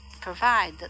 provide